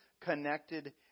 connected